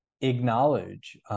acknowledge